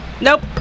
Nope